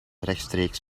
rechtstreeks